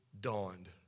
dawned